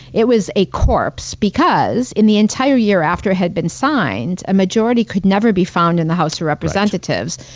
it was a corpse, because in the entire year after it had been signed, a majority could never be found in the house of representatives.